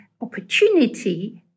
opportunity